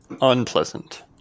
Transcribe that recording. Unpleasant